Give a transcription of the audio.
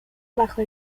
bajo